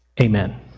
Amen